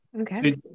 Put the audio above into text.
Okay